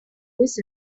this